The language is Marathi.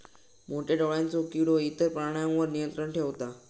मोठ्या डोळ्यांचो किडो इतर प्राण्यांवर नियंत्रण ठेवता